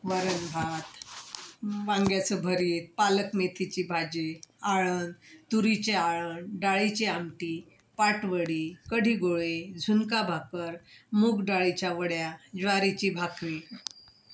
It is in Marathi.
वरण भात वांग्याचं भरीत पालक मेथीची भाजी आळण तुरीचे आळण डाळीची आमटी पाटवडी कढी गोळे झुणका भाकर मूग डाळीच्या वड्या ज्वारीची भाकरी